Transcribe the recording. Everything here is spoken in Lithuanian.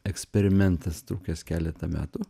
eksperimentas trukęs keletą metų